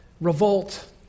revolt